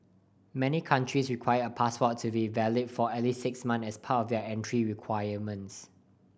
many countries require a passport to be valid for at least six months as part of their entry requirements